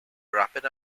rapping